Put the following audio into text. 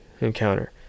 encounter